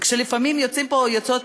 כשלפעמים יוצאים פה או יוצאות,